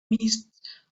midst